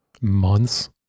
months